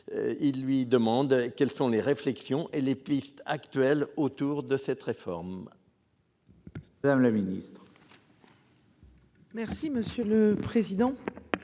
Il lui demande quelles sont les réflexions et les pistes actuelles, autour de cette réforme. Madame la ministre. Merci monsieur le président.